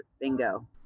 Bingo